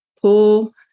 pull